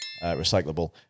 recyclable